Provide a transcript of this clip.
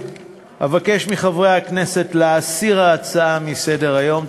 אבקש מחברי הכנסת להסיר את ההצעה מסדר-היום.